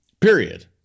Period